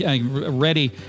Ready